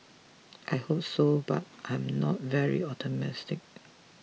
I hope so but I am not very optimistic